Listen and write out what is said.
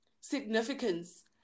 significance